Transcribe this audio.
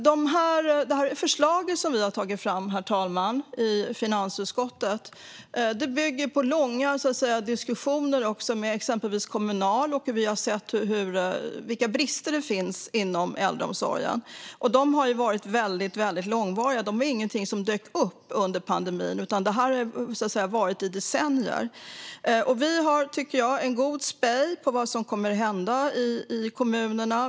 Det förslag som vi har tagit fram i finansutskottet, herr talman, bygger på långa diskussioner med exempelvis Kommunal. Vi har sett vilka brister som finns inom äldreomsorgen. Dessa brister har varit långvariga och är inget som bara dök upp under pandemin. Det här har pågått under decennier. Vi har "god spej" på vad som kommer att hända i kommunerna.